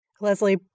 Leslie